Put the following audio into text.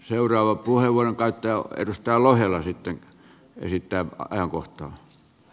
seuraavan puheenvuoron käyttää edustaja lohela sitten esittää ajankohtaa